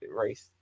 race